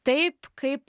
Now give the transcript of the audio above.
taip kaip